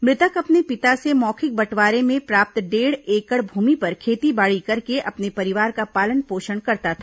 मृतक अपने पिता से मौखिक बंटवारे में प्राप्त डेढ़ एकड़ भूमि पर खेती बाड़ी करके अपने परिवार का पालन पोषण करता था